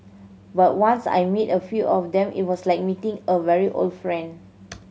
but once I met a few of them it was like meeting a very old friend